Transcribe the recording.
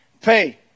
pay